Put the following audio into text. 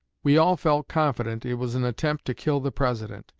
we all felt confident it was an attempt to kill the president,